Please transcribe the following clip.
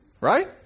right